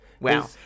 Wow